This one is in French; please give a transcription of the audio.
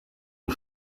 aux